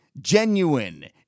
genuine